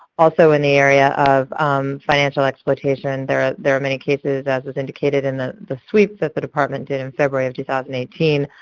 also in the area of financial exploitation, there there were many cases as was indicated in the the sweep that the department did in february of two thousand and eighteen,